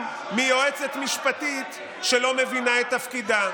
מיועצת משפטית שלא מבינה את תפקידה.